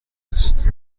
است